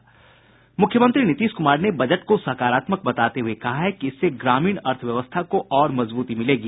मुख्यमंत्री नीतीश कुमार ने बजट को सकारात्मक बताते हुए कहा है कि इससे ग्रामीण अर्थव्यवस्था को और मजबूती मिलेगी